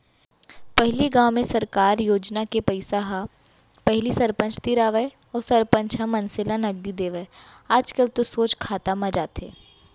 पहिली गाँव में सरकार योजना के पइसा ह पहिली सरपंच तीर आवय अउ सरपंच ह मनसे ल नगदी देवय आजकल तो सोझ खाता म जाथे